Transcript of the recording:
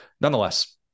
nonetheless